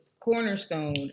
cornerstone